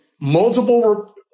multiple